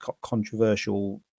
controversial